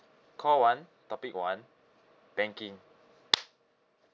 call one topic one banking